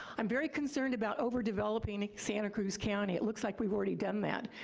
i'm very concerned about over-developing santa cruz county. it looks like we've already done that,